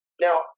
Now